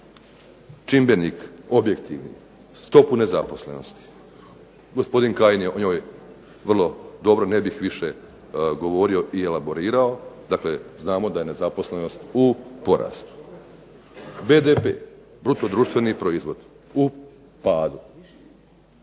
čimbenik objektivni, stopu nezaposlenosti. Gospodin Kajin je o njoj vrlo dobro, ne bih više govorio i elaborirao, dakle znamo da je nezaposlenost u porastu. BDP, bruto društveni proizvod u padu.